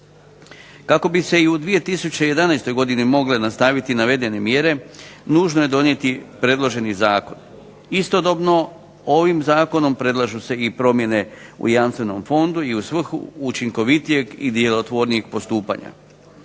Kako bi se i u 2011. godini mogle nastaviti navedene mjere nužno je donijeti predloženi zakon. Istodobno ovim zakonom predlažu se i promjene u Jamstvenom fondu i u svrhu učinkovitijeg i djelotvornijeg postupanja.